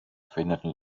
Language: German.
verhinderten